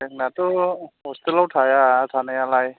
जोंनाथ' हस्टेलाव थाया थानायालाय